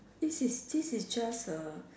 this is this is just a